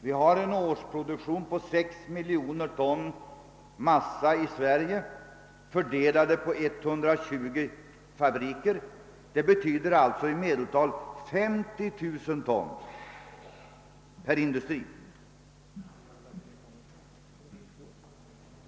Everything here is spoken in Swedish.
Vi har en årsproduktion på 6 miljoner ton massa i Sverige, fördelad på 120 fabriker, d.v.s. en produktion på i medeltal 50 000 ton per industri.